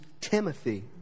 Timothy